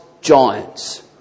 giants